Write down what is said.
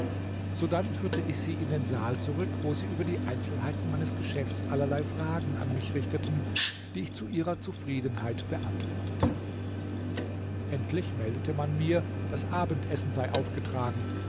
sodann führte ich sie in den saal zurück wo sie über die einzelheiten meines geschäfts allerlei fragen an mich richteten die ich zu ihrer zufriedenheit beantwortete endlich meldete man mir das abendessen sei aufgetragen